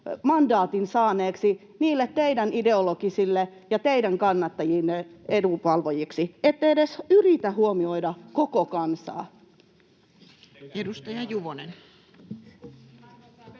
mandaatin saaneiksi teidän ideologianne ja teidän kannattajienne edunvalvojiksi. Ette edes yritä huomioida koko kansaa.